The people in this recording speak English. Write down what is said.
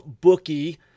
bookie